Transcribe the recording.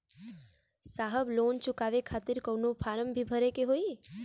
साहब लोन चुकावे खातिर कवनो फार्म भी भरे के होइ?